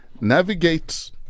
navigate